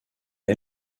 est